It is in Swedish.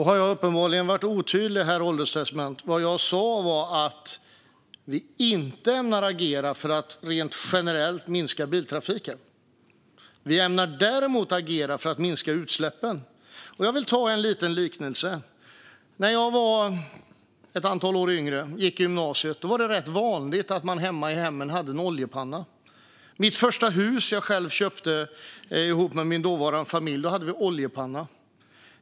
Herr ålderspresident! Då har jag uppenbarligen varit otydlig. Vad jag sa var att vi inte ämnar agera för att rent generellt minska biltrafiken. Vi ämnar däremot agera för att minska utsläppen. Jag vill göra en liten liknelse. När jag var ett antal år yngre och gick i gymnasiet var det rätt vanligt att man hade en oljepanna i hemmet. I det första huset jag köpte, ihop med min dåvarande familj, hade vi oljepanna.